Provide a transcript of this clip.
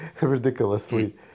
ridiculously